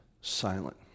silent